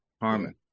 Harmon